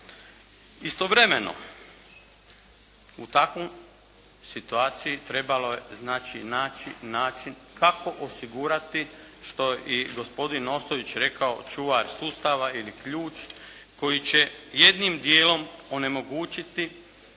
Istovremeno u takvoj situaciji trebalo je znači nači način kako osigurati što je i gospodin Ostojić rekao čuvar sustava ili ključ koji će jednim dijelom onemogućiti